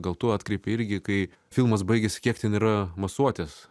gal tu atkreipei irgi kai filmas baigėsi kiek ten yra masuotės